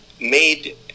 made